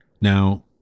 Now